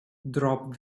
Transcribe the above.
drop